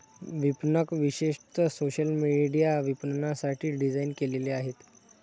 विपणक विशेषतः social media विपणनासाठी डिझाइन केलेले आहेत